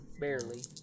Barely